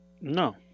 No